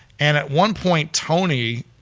and at one point tony,